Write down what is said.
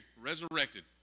resurrected